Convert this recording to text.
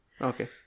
Okay